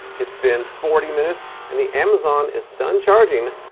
it's been forty minutes and the amazon is done charging.